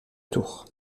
tour